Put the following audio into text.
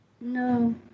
No